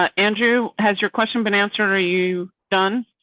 um andrew. has your question been answered? are are you done.